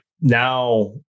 Now